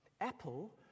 Apple